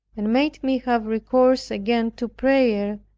and made me have recourse again to prayer,